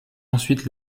ensuite